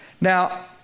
Now